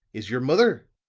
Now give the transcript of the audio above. is your mother?